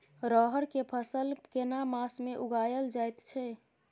रहर के फसल केना मास में उगायल जायत छै?